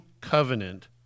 covenant